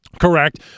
correct